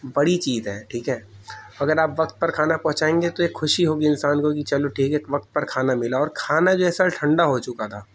بڑی چیز ہے ٹھیک ہے اگر آپ وقت پر کھانا پہنچائیں گے تو ایک خوشی ہوگی انسان کو کہ چلو ٹھیک ہے کہ وقت پر کھانا ملا اور کھانا جو ہے سر ٹھنڈا ہو چکا تھا